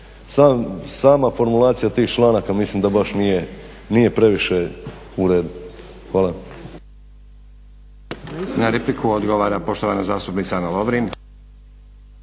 Sama formulacija tih članaka mislim da baš nije previše u redu. Hvala.